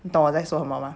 你懂我我在说什么吗